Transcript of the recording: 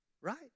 right